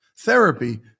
Therapy